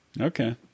okay